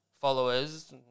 followers